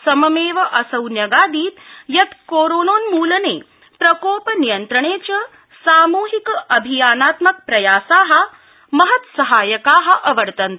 सममेव असौ न्यगादीत यत कोरोनोन्मुलने प्रकोप नियन्त्रणे च सामुहिक अभियानात्मक प्रयासा महत्सहायका अवर्तन्त